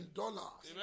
dollars